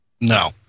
No